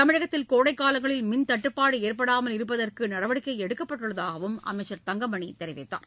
தமிழகத்தில் கோடைக்காலங்களில் மின் தட்டுப்பாடு ஏற்படாமல் இருப்பதற்கு நடவடிக்கை எடுக்கப்பட்டுள்ளதாக அமைச்சர் தங்கமணி தெரிவித்தார்